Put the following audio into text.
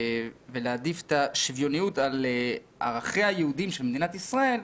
להעדיף את השוויוניות על ערכיה היהודיים של מדינת ישראל,